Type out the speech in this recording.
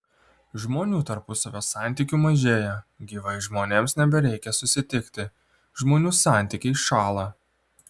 žmonių tarpusavio santykių mažėja gyvai žmonėms nebereikia susitikti žmonių santykiai šąla